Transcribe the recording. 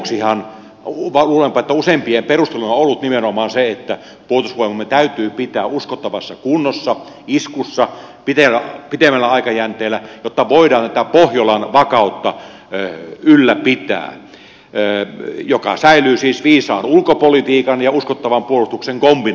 luulenpa että useimpien perusteluna on ollut nimenomaan se että puolustusvoimamme täytyy pitää uskottavassa kunnossa iskussa pitemmällä aikajänteellä jotta voidaan ylläpitää tätä pohjolan vakautta joka säilyy siis viisaan ulkopolitiikan ja uskottavan puolustuksen kombinaationa